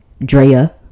Drea